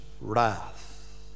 wrath